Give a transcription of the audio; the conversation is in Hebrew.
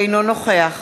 אינו נוכח